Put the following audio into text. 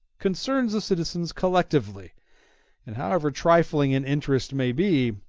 concerns the citizens collectively and however trifling an interest may be,